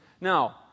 Now